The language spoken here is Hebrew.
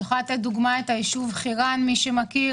אני יכולה לתת לדוגמה את היישוב חירן למי שמכיר